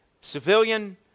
civilian